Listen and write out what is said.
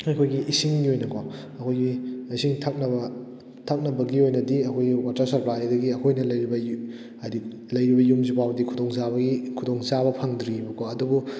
ꯑꯩꯈꯣꯏꯒꯤ ꯏꯁꯤꯡꯒꯤ ꯑꯣꯏꯅꯀꯣ ꯑꯩꯈꯣꯏꯒꯤ ꯏꯁꯤꯡ ꯊꯛꯅꯕ ꯊꯛꯅꯕꯒꯤ ꯑꯣꯏꯅꯗꯤ ꯑꯩꯈꯣꯏꯒꯤ ꯋꯥꯇꯔ ꯁꯞꯄ꯭ꯂꯥꯏꯗꯒꯤ ꯑꯩꯈꯣꯏꯅ ꯂꯩꯔꯤꯕ ꯍꯥꯏꯗꯤ ꯂꯩꯔꯤꯕ ꯌꯨꯝꯁꯤ ꯐꯥꯎꯗꯤ ꯈꯨꯗꯣꯡ ꯆꯥꯕꯒꯤ ꯈꯨꯗꯣꯡ ꯆꯥꯕ ꯐꯪꯗ꯭ꯔꯤꯕꯑꯀꯣ ꯑꯗꯨꯕꯨ